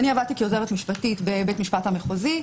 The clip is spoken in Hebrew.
אני עבדתי כעוזרת משפטית בבית משפט המחוזי.